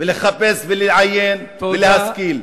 ולחפש ולעיין ולהשכיל.